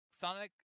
Sonic